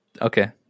Okay